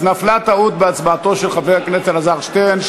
אז נפלה טעות בהצבעתו של חבר הכנסת אלעזר שטרן,